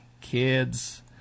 Kids